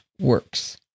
works